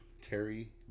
Terry